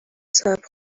صاحب